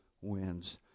wins